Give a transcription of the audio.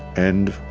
and